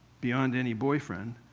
beyond any boyfriend?